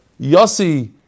Yossi